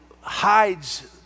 hides